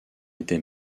était